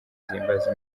zihimbaza